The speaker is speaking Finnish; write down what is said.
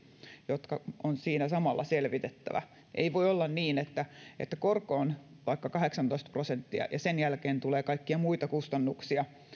jotka on siinä samalla selvitettävä ei voi olla niin että että korko on vaikka kahdeksantoista prosenttia ja sen jälkeen tulee kaikkia muita kustannuksia